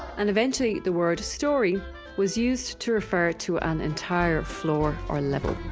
and eventually, the word storey was used to refer to an entire floor or level